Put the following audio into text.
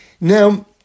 Now